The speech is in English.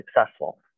successful